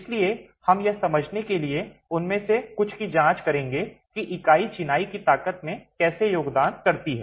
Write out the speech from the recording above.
इसलिए हम यह समझने के लिए उनमें से कुछ की जांच करेंगे कि इकाई चिनाई की ताकत में कैसे योगदान करती है